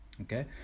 Okay